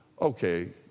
Okay